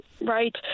Right